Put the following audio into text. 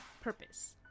purpose